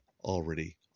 already